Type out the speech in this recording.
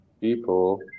people